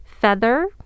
Feather